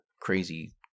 crazy